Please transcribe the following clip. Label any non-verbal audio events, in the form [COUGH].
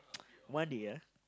[NOISE] one day ah